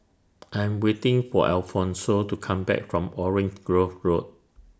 I'm waiting For Alfonso to Come Back from Orange Grove Road